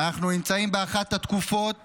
אנחנו נמצאים באחת התקופות